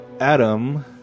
Adam